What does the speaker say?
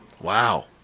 Wow